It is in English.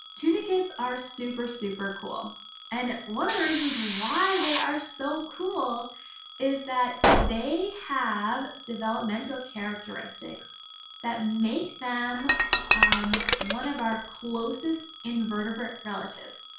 tunicates are super super cool and one of the reasons why they are so cool is that they have developmental characteristics that make them um one of our closest invertebrate relatives.